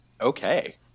Okay